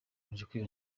kwiyongera